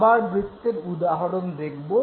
আবার আমরা বৃত্তের উদাহরণ দেখব